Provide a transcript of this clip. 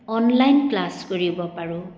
online class কৰিব পাৰোঁ